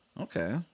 Okay